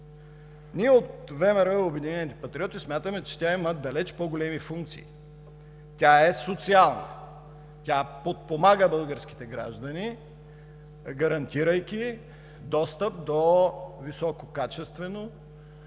От ВМРО и „Обединени патриоти“ смятаме, че тя има далеч по-големи функции. Тя е социална и подпомага българските граждани, гарантирайки достъп до висококачествено,